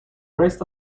rest